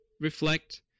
reflect